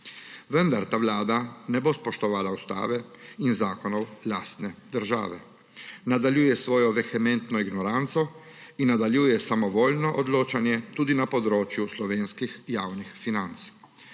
Vendar ta vlada ne bo spoštovala ustave in zakonov lastne države. Nadaljuje s svojo vehementno ignoranco in nadaljuje samovoljno odločanje tudi na področju slovenskih javnih financ.